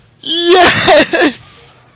Yes